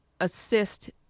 assist